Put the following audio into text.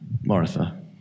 Martha